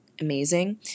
amazing